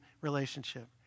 relationship